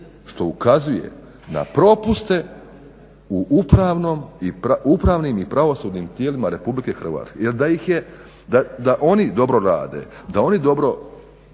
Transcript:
što ukazuje na propuste u upravnim i pravosudnim tijelima RH. Jel da oni dobro rade da oni dobro